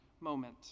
moment